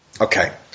Okay